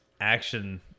action